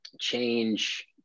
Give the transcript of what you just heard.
change